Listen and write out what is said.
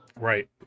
Right